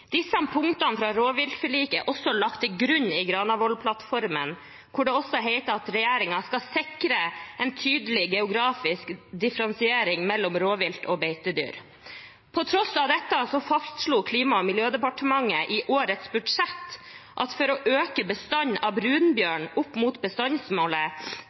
Disse punktene fra rovviltforliket er også lagt til grunn i Granavolden-plattformen, hvor det heter at regjeringen skal sikre «en tydelig geografisk differensiering mellom rovvilt og beitedyr». På tross av dette fastslo Klima- og miljødepartementet i årets budsjett at for å øke bestanden av brunbjørn opp mot bestandsmålet